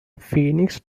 phoenix